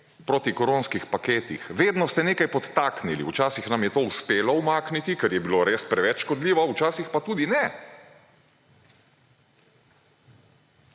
protikoronskih paketih. Vedno ste nekaj podtaknili. Včasih nam je to uspelo umakniti, ker je bilo res preveč škodljivo, včasih pa tudi ne.